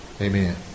Amen